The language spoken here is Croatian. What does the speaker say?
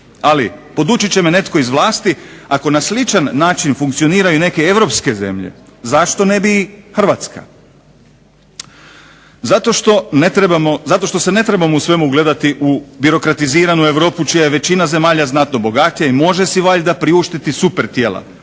Ali podučit će me netko iz vlasti ako na sličan način funkcioniraju i neke europske zemlje zašto ne bi i Hrvatska? Zato što se ne trebamo u svemu ugledati u birokratiziranu Europu čija je većina zemalja znatno bogatija i može si valjda priuštiti super tijela